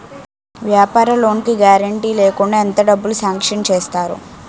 వ్యాపార లోన్ కి గారంటే లేకుండా ఎంత డబ్బులు సాంక్షన్ చేస్తారు?